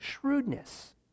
shrewdness